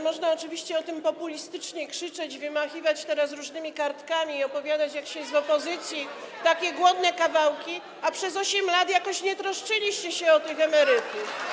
Można oczywiście populistycznie krzyczeć, wymachiwać teraz różnymi kartkami i opowiadać, jak się jest w opozycji, takie głodne kawałki, ale przez 8 lat jakoś nie troszczyliście się o tych emerytów.